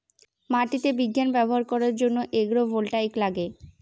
মাটিতে বিজ্ঞান ব্যবহার করার জন্য এগ্রো ভোল্টাইক লাগে